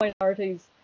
minorities